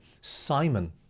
Simon